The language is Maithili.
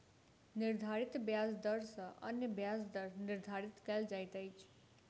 निर्धारित ब्याज दर सॅ अन्य ब्याज दर निर्धारित कयल जाइत अछि